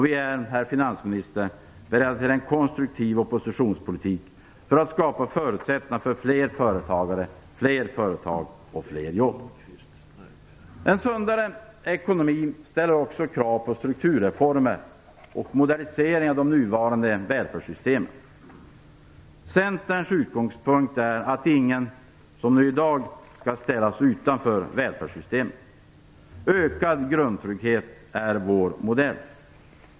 Vi är, herr finansminister, beredda till en konstruktiv oppositionspolitik för att skapa förutsättningar för fler företagare, fler företag och fler jobb. En sundare ekonomi ställer också krav på strukturreformer och moderniseringar av de nuvarande välfärdssystemen. Centerns utgångspunkt är att ingen skall ställas utanför välfärdssystemen på det sätt som sker i dag. Ökad grundtrygghet är vår modell.